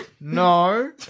No